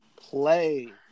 play